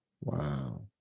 wow